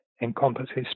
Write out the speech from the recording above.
Encompasses